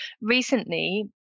recently